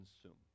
consume